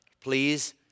please